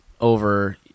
over